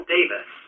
Davis